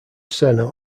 senna